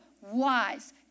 wise